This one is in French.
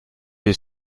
lieu